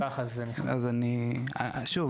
שוב,